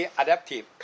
adaptive